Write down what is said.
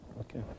Okay